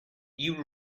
you